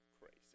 crazy